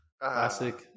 Classic